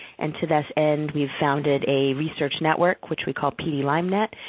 and to that end we've founded a research network which we call pedi lyme net,